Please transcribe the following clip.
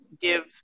give